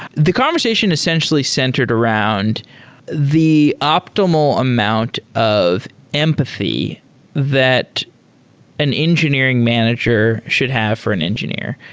the conversation essentially centered around the optimal amount of empathy that an engineering manager should have for an engineer.